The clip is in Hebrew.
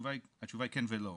התשובה היא כן ולא.